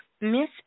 Miss